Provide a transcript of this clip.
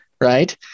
right